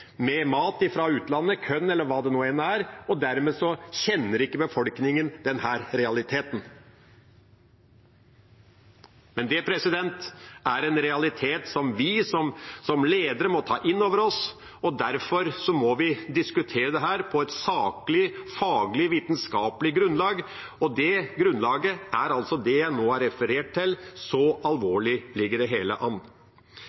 mat – korn eller hva det enn er – fra utlandet. Dermed kjenner ikke befolkningen denne realiteten, men det er en realitet som vi som ledere må ta inn over oss. Derfor må vi diskutere dette på et saklig, faglig og vitenskapelig grunnlag. Det grunnlaget er det jeg nå har referert til – så alvorlig ligger det hele an.